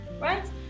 Right